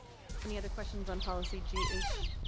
any other questions on policy jhg gae.